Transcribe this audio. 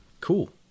Cool